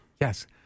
Yes